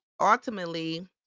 ultimately